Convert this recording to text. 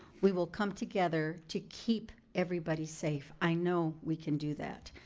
we will come together to keep everybody safe. i know we can do that.